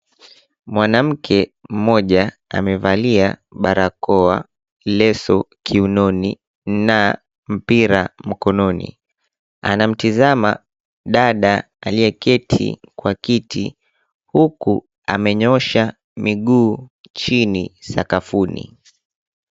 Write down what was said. Mwanamke mmoja amevalia barakoa, leso kiunoni na mpira mkononi. Anamtizama dada aliyeketi kwa kiti huku amenyoosha miguu chini sakafuni.